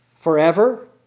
forever